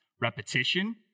repetition